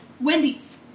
Wendy's